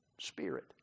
spirit